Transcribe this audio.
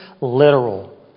literal